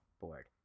board